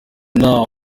now